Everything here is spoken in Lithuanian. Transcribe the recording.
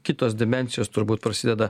kitos dimensijos turbūt prasideda